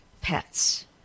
pets